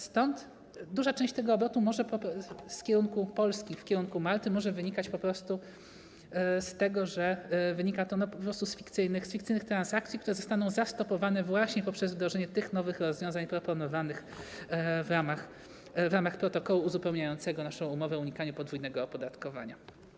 Stąd duża część tego obrotu z kierunku Polski w kierunku Malty może wynikać z tego, że wynika to po prostu z fikcyjnych transakcji, które zostaną zastopowane właśnie poprzez wdrożenie tych nowych rozwiązań proponowanych w ramach protokołu uzupełniającego naszą umowę o unikaniu podwójnego opodatkowania.